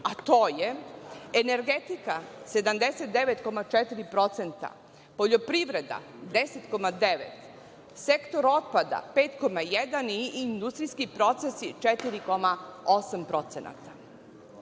a to je energetika 79,4%, poljoprivreda 10,9%, sektor otpada 5,1% i industrijski procesi